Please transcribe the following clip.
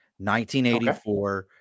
1984